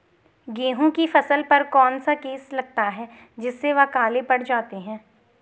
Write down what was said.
गेहूँ की फसल पर कौन सा केस लगता है जिससे वह काले पड़ जाते हैं?